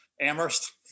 Amherst